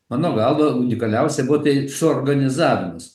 mano galva unikaliausia buvo tai suorganizavimas